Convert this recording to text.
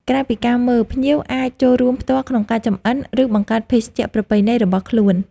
ក្រៅពីការមើល ភ្ញៀវអាចចូលរួមផ្ទាល់ក្នុងការចម្អិន ឬបង្កើតភេសជ្ជៈប្រពៃណីរបស់ខ្លួន។